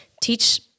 teach